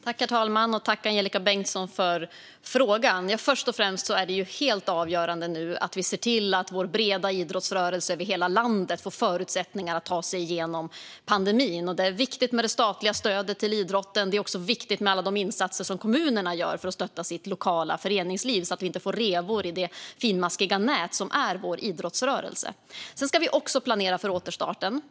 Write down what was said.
Herr talman! Tack, Angelika Bengtsson, för frågan! Först och främst är det helt avgörande att vi ser till att vår breda idrottsrörelse över hela landet får förutsättningar att ta sig igenom pandemin. Det är viktigt med det statliga stödet till idrotten. Det är också viktigt med alla de insatser som kommunerna gör för att stötta sitt lokala föreningsliv så att vi inte får revor i det finmaskiga nät som är vår idrottsrörelse. Vi ska också planera för återstarten.